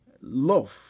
love